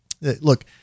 look